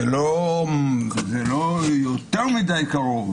זה לא יותר מדי קרוב,